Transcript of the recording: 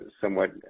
somewhat